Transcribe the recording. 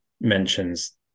mentions